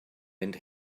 mynd